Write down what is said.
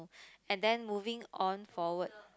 and then moving on forward